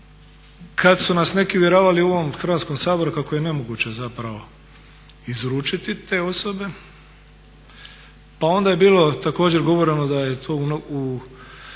Kada su nas neki uvjeravali u ovom Hrvatskom saboru kako je nemoguće zapravo izručiti te osobe pa onda je bilo također govoreno da je tu,